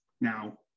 Now